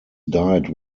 died